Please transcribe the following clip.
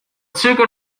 züge